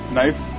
Knife